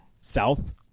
south